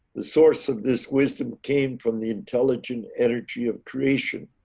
the source of this wisdom came from the intelligent energy of creation.